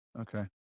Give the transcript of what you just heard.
Okay